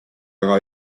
aga